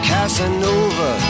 Casanova